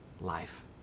life